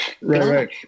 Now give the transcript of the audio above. Right